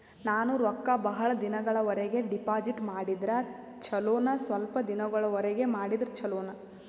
ನಾನು ರೊಕ್ಕ ಬಹಳ ದಿನಗಳವರೆಗೆ ಡಿಪಾಜಿಟ್ ಮಾಡಿದ್ರ ಚೊಲೋನ ಸ್ವಲ್ಪ ದಿನಗಳವರೆಗೆ ಮಾಡಿದ್ರಾ ಚೊಲೋನ?